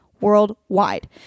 Worldwide